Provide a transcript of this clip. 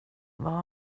vad